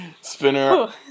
Spinner